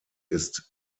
ist